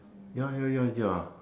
ya ya ya ya